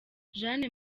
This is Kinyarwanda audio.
jeanne